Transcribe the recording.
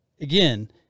again